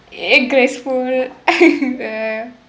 it graceful ya ya